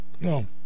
no